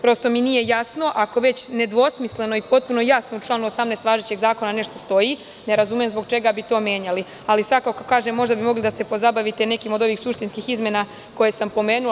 Prosto mi nije jasno, ako već nedvosmisleno i potpuno jasno u članu 18. važećeg zakona nešto stoji, ne razumem zbog čega bi to menjali, ali svakako kažem, možda bi mogli da se pozabavite nekim od ovih suštinskih izmena koje sam pomenula.